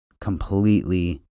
completely